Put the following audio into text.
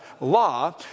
law